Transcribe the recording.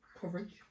Coverage